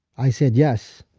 i said, yes.